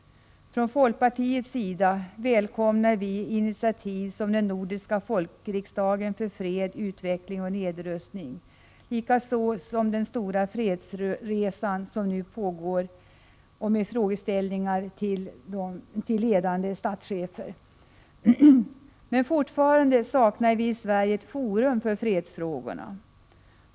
Folkpartiet välkomnar initiativ såsom den nordiska folkriksdagen för fred, utveckling och nedrust ning samt den nu pågående stora fredsresan med frågeställningar till ledande statschefer. Men fortfarande saknar vi i Sverige ett forum för fredsfrågorna.